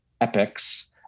Epics